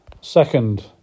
second